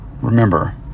remember